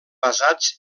basats